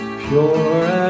pure